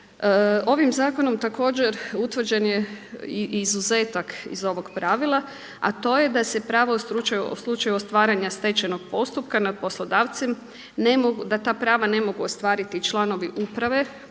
Ovim zakonom također utvrđen je i izuzetak iz ovog pravila a to je da se pravo u slučaju ostvarenja stečajnog postupka nad poslodavcem ne mogu, da ta prava ne mogu ostvariti članovi uprave trgovačkog